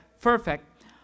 perfect